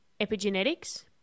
epigenetics